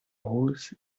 rose